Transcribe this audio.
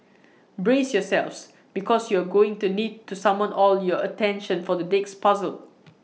brace yourselves because you're going to need to summon all your attention for the next puzzle